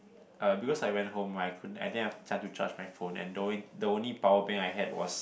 uh because I went home right I couldn't I didn't have time to charge my phone and the only the only power bank I had was